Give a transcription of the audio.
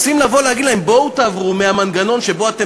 רוצים להגיד להם: בואו תעברו מהמנגנון שבו אתם